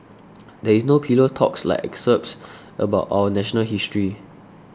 there is no pillow talk like excerpts about our national history